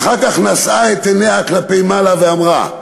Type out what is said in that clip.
ואחר כך נשאה את עיניה כלפי מעלה ואמרה: